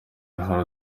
arahari